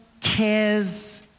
cares